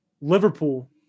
Liverpool